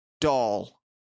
doll